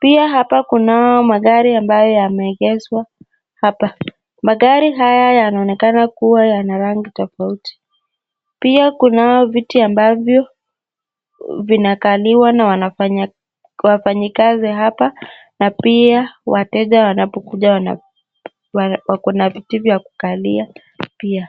Pia hapa kunao magari ambayo yameegeshwa hapa. Magari haya yanaonekana kuwa yana rangi tofauti. Pia kunao viti ambavyo vinakaliwa na wafanyakazi hapa na pia wateja wanapokuja wako na viti vya kukalia pia.